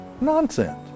Nonsense